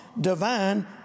divine